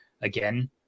again